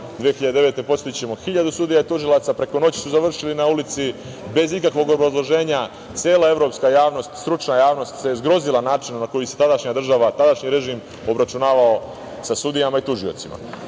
2009. podsetićemo, hiljadu sudija i tužilaca preko noći su završili na ulici bez ikakvog obrazloženja. Cela evropska javnost, stručna javnost se zgrozila načinom na koji se tadašnja država, tadašnji režim obračunavao sa sudijama i tužiocima. Mi